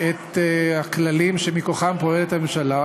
את הכללים שמכוחם פועלת הממשלה,